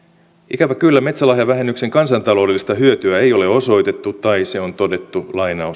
ikävä kyllä metsälahjavähennyksen kansantaloudellista hyötyä ei ole osoitettu tai se on todettu